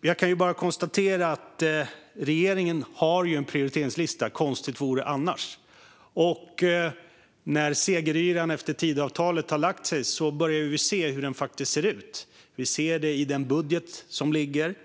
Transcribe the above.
Jag kan bara konstatera att regeringen har en prioriteringslista - konstigt vore det annars - och när segeryran efter Tidöavtalet har lagt sig börjar vi se hur den faktiskt ser ut. I den budget som nu ligger ser vi